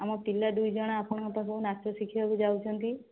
ଆମ ପିଲା ଦୁଇଜଣ ଆପଣଙ୍କ ପାଖକୁ ନାଚ ଶିଖିବାକୁ ଯାଉଛନ୍ତି